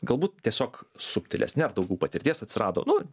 galbūt tiesiog subtilesni ar daugiau patirties atsirado nu